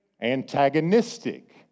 antagonistic